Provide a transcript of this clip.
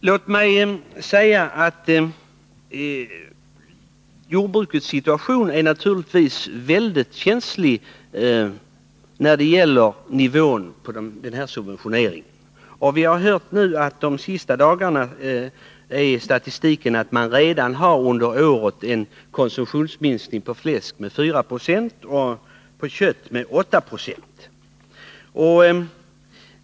Låt mig säga att jordbrukets situation naturligtvis är mycket känslig när det gäller nivån på livsmedelssubventionerna. Statistiken visar de senaste dagarna att det i år redan inträffat en konsumtionsminskning av fläsk med 4 90 och av kött med 8 2.